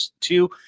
two